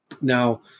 Now